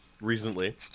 recently